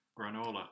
Granola